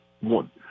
one